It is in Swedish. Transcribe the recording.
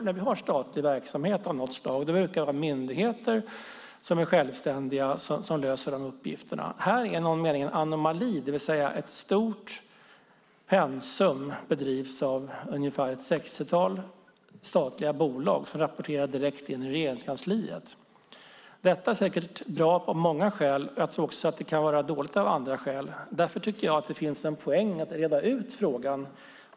När vi har statlig verksamhet av något slag brukar det vara myndigheter som är självständiga som löser uppgifterna. Här är det i någon mening en anomali, det vill säga att ett stort pensum bedrivs av ungefär ett sextiotal statliga bolag som rapporterar direkt in i Regeringskansliet. Detta är säkert bra av många skäl. Jag tror också att det kan vara dåligt av andra skäl. Därför tycker jag att det finns en poäng i att reda ut frågan.